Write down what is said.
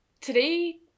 Today